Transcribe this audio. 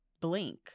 blink